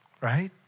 right